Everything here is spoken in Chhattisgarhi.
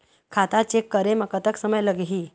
खाता चेक करे म कतक समय लगही?